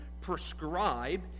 Prescribe